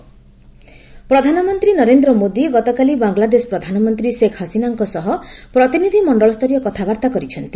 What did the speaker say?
PM visit ପ୍ରଧାନମନ୍ତ୍ରୀ ନରେନ୍ଦ୍ର ମୋଦୀ ଗତକାଲି ବାଙ୍ଗଲାଦେଶ ପ୍ରଧାନମନ୍ତ୍ରୀ ଶେଖ୍ ହସିନାଙ୍କ ସହ ପ୍ରତିନିଧିମଣ୍ଡଳ ସ୍ତରୀୟ କଥାବାର୍ତ୍ତା କରିଛନ୍ତି